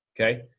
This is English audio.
okay